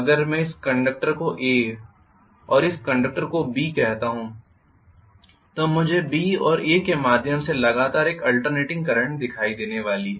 अगर मैं इस कंडक्टर को A और इस कंडक्टर को B कहता हूं तो मुझे B और A के माध्यम से लगातार एक आल्टर्नेटिंग करंट दिखाई देने वाली है